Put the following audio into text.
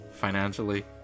Financially